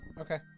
Okay